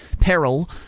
peril